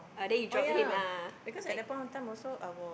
oh then you drop him ah tag